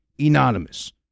anonymous